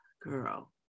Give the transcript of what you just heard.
girl